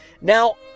Now